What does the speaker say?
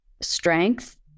strength